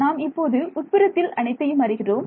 நாம் இப்போது உட்புறத்தில் அனைத்தையும் அறிகிறோம்